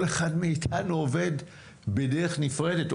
כל אחד מאיתנו עובד בדרך נפרדת,